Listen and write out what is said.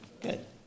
Good